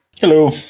Hello